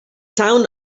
town